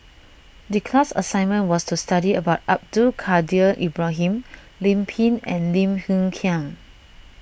the class assignment was to study about Abdul Kadir Ibrahim Lim Pin and Lim Hng Kiang